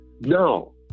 no